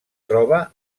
troba